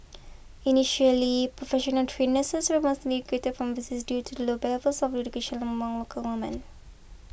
initially professionally trained nurses mostly recruited from overseas due to low levels of education among local women